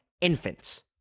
infants